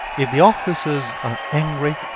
if the officers are angry,